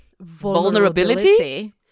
vulnerability